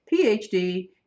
PhD